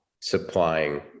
supplying